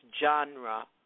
genre